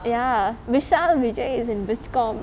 ya vishal vijay is in bizcomm